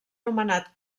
nomenat